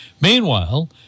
Meanwhile